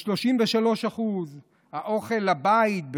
ב-33%; האוכל לבית,